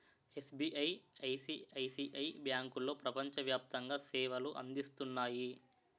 SBI, ICICI బ్యాంకులో ప్రపంచ వ్యాప్తంగా సేవలు అందిస్తున్నాయి